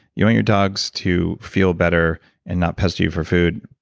you want your dogs to feel better and not pester you for food?